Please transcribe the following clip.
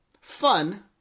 Fun